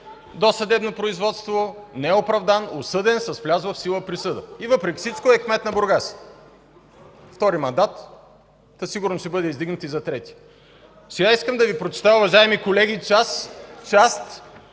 досъдебно производство, не е оправдан, осъден, с влязла в сила присъда, и въпреки всичко е кмет на Бургас – втори мандат. Със сигурност ще бъде издигнат и за трети. Сега искам да Ви прочета, уважаеми колеги, част